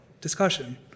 discussion